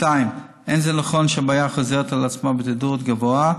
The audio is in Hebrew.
2. לא נכון שהבעיה חוזרת על עצמה בתדירות גבוהה,